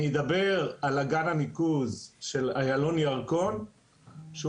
אני אדבר על אגן הניקוז של איילון-ירקון שהוא